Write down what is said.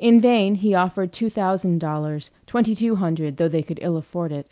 in vain he offered two thousand dollars twenty-two hundred, though they could ill afford it